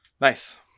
Nice